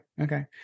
okay